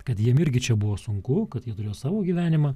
kad jiem irgi čia buvo sunku kad jie turėjo savo gyvenimą